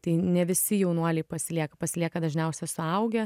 tai ne visi jaunuoliai pasilieka pasilieka dažniausia suaugę